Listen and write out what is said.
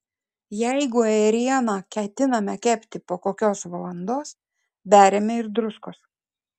jeigu ėrieną ketiname kepti po kokios valandos beriame ir druskos